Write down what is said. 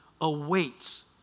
awaits